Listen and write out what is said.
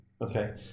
Okay